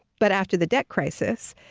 but after the debt crisis,